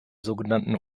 sogenannten